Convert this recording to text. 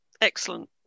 Excellent